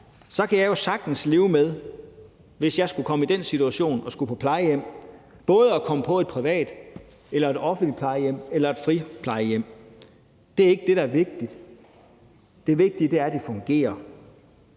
kan jeg sagtens leve med, hvis jeg skulle komme i den situation at skulle på plejehjem, både at komme på et privat plejehjem, et offentligt plejehjem og et friplejehjem. Det er ikke det, der er vigtigt. Det vigtige er, at det fungerer.